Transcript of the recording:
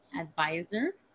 advisor